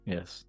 Yes